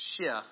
shift